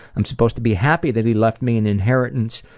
i'm supposed to be happy that he left me an inheritance.